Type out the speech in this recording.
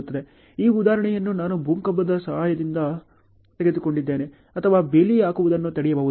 ಈ ಉದಾಹರಣೆಗಳನ್ನು ನಾನು ಭೂಕಂಪದ ಸಹಾಯದಿಂದ ತೆಗೆದುಕೊಂಡಿದ್ದೇನೆ ಅಥವಾ ಬೇಲಿ ಹಾಕುವುದನ್ನು ತಡೆಯಬಹುದು